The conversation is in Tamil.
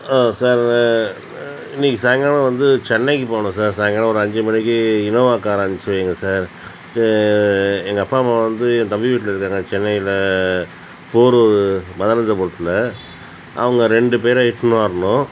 ஆ சார் இன்னிக்கு சாயங்காலம் வந்து சென்னைக்கு போகணும் சார் சாயங்காலம் ஒரு அஞ்சு மணிக்கு இனோவா காரை அமைச்சி வைங்க சார் எங்கள் அப்பா அம்மா வந்து என் தம்பி வீட்டில் இருக்காங்க சென்னையில் போரூர் மதுரந்தபுரத்தில் அவங்க ரெண்டு பேரையும் இட்டுனு வரணும்